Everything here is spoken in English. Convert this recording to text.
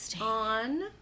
on